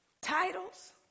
Titles